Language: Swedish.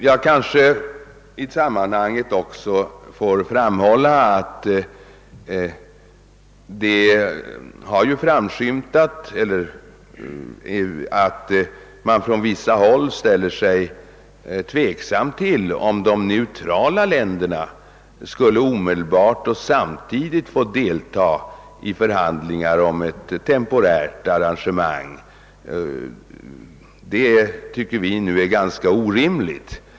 Jag kanske i sammanhanget också får framhålla att man på vissa håll ställer sig tveksam till om de neutrala länderna skulle omedelbart och samtidigt få deltaga i förhandlingar om ett temporärt arrangemang. Att hysa sådan tveksamhet tycker vi är ganska orimligt.